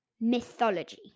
mythology